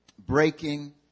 Breaking